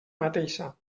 mateixa